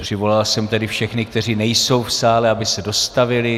Přivolal jsem tedy všechny, kteří nejsou v sále, aby se dostavili.